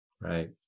Right